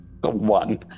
One